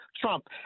Trump